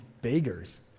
beggars